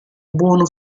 buono